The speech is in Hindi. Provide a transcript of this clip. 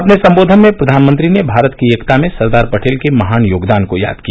अपने संबोधन में प्रधानमंत्री ने भारत की एकता में सरदार पटेल के महान योगदान को याद किया